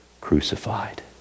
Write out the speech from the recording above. crucified